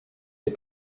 des